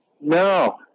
No